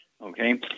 Okay